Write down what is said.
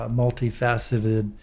multifaceted